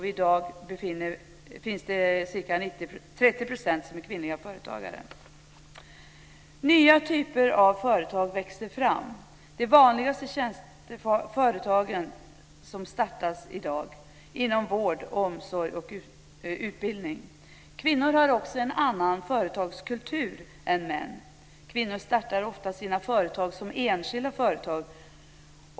I dag finns det ca 30 % kvinnliga företagare. Nya typer av företag växer fram. De vanligaste företagen som startas i dag är inom vård, omsorg och utbildning. Kvinnor har också en annan företagskultur än män. Kvinnor startar ofta sina företag som enskilda företag.